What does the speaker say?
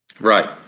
Right